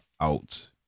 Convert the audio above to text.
out